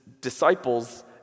disciple's